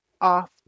off